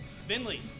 Finley